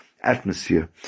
atmosphere